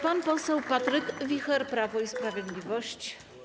Pan poseł Patryk Wicher, Prawo i Sprawiedliwość.